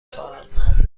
خواهم